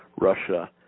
Russia